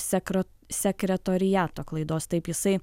sekra sekretoriato klaidos taip jisai